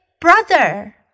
brother